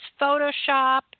Photoshop